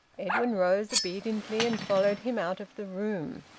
edwin rose obediently and followed him out of the room.